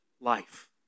life